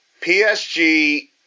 psg